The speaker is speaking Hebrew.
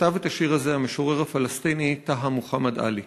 כתב את השיר הזה המשורר הפלסטיני טהא מוחמד עלי.